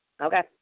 Okay